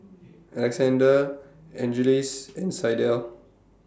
Alexandr Angeles and Sydell